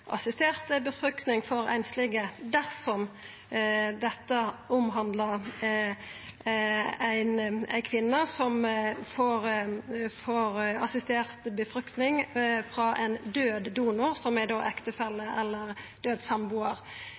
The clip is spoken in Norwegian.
befruktning for einslege dersom dette omhandlar ei kvinne som får assistert befruktning frå ein død donor som var ektefelle eller